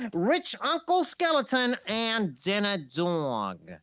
rich uncle skeleton, and dinner dog.